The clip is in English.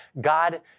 God